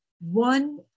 one